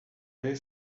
ler